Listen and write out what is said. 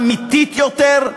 אמיתית יותר,